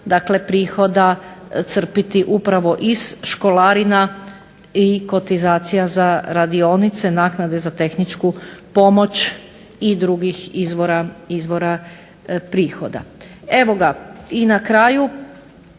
prihoda crpiti upravo iz školarina i kotizacija za radionice, naknade za tehničku pomoć i drugih izvora prihoda. I na kraju